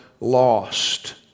lost